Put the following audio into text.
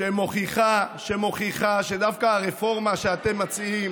שמוכיחה שדווקא הרפורמה שאתם מציעים